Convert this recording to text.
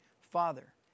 Father